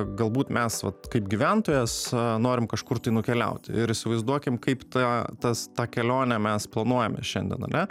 galbūt mes vat kaip gyventojas norim kažkur tai nukeliauti ir įsivaizduokim kaip ta tas tą kelionę mes planuojame šiandien ane